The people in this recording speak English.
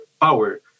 power